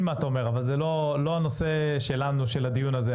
מה אתה אומר אבל זה לא הנושא שלנו של הדיון הזה.